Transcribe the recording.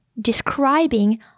describing